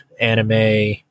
anime